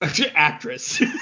Actress